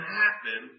happen